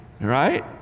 right